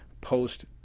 post